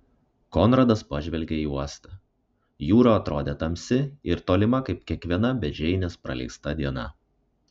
konradas pažvelgė į uostą jūra atrodė tamsi ir tolima kaip kiekviena be džeinės praleista diena